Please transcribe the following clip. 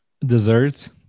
Desserts